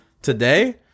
Today